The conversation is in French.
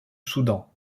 soudan